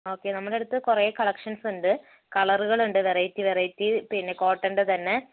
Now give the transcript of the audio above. okay നമ്മുടെ അടുത്ത് കുറെ കളക്ഷൻസ് ഉണ്ട് കളറുകൾ ഉണ്ട് വെറൈറ്റി വെറൈറ്റി പിന്നെ കോട്ടണിൻ്റെ തന്നെ